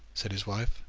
said his wife.